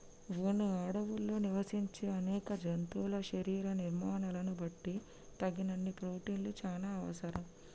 వును అడవుల్లో నివసించే అనేక జంతువుల శరీర నిర్మాణాలను బట్టి తగినన్ని ప్రోటిన్లు చానా అవసరం